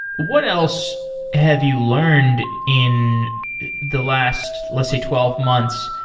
what else have you learned in the last, let's say, twelve months,